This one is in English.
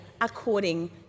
according